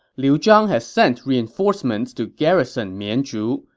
liu zhang had sent reinforcements to garrison mianzhu,